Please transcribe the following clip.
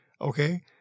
Okay